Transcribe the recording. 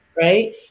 Right